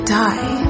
die